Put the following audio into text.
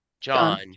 John